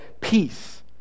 peace